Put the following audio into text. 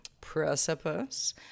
precipice